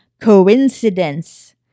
coincidence